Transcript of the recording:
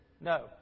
No